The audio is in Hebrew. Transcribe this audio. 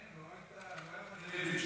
לרוב.